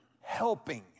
helping